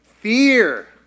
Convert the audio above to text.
Fear